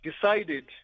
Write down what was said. decided